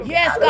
Yes